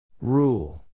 Rule